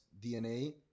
DNA